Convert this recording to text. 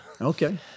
Okay